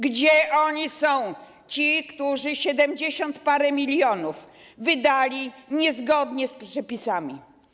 Gdzie oni są, ci, którzy siedemdziesiąt parę milionów wydali niezgodnie z przepisami?